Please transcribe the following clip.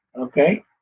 Okay